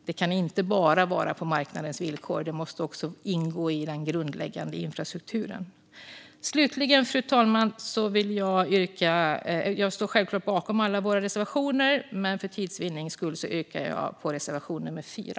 De kan inte bara vara på marknadens villkor. Detta måste också ingå i den grundläggande infrastrukturen. Slutligen, fru talman, vill jag säga att jag självklart står bakom alla våra reservationer, men för tids vinning yrkar jag bifall bara till reservation nummer 4.